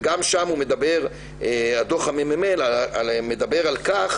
וגם דוח הממ"מ מדבר על כך